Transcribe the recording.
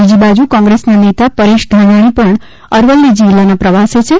બીજી બાજુ કોંગ્રેસના નેતા પરેશ ધાનાણી પણ અરવલ્લી જિલ્લાના પ્રવાસે છે